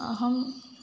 अहं